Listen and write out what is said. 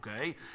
okay